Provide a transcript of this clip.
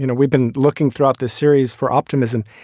you know we've been looking throughout this series for optimism.